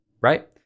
right